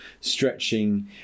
stretching